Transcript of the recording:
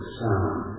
sound